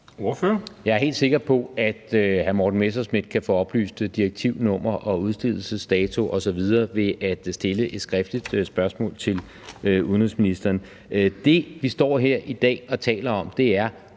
(V): Jeg er helt sikker på, at hr. Morten Messerschmidt kan få oplyst direktivnummer og - udstedelsesdato osv. ved at stille et skriftligt spørgsmål til udenrigsministeren. Det, vi står her i dag og taler om, er